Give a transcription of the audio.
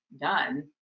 done